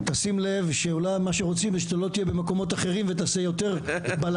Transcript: אנחנו עכשיו שוקדים על תוכנית אסטרטגית יחד